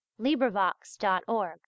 LibriVox.org